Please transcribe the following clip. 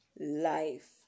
life